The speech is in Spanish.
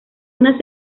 una